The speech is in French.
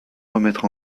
remettre